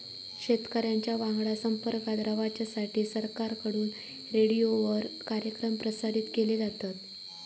शेतकऱ्यांच्या वांगडा संपर्कात रवाच्यासाठी सरकारकडून रेडीओवर कार्यक्रम प्रसारित केले जातत